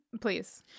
please